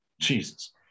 Jesus